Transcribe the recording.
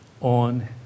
on